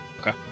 Okay